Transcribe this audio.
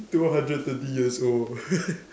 two hundred thirty years old